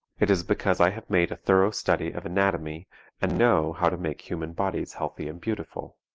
it is because i have made a thorough study of anatomy and know how to make human bodies healthy and beautiful.